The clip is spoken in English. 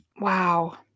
Wow